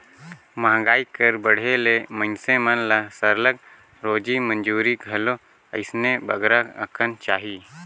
मंहगाई कर बढ़े ले मइनसे मन ल सरलग रोजी मंजूरी घलो अइसने बगरा अकन चाही